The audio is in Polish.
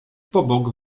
pobok